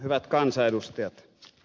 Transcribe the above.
hyvät kansanedustajat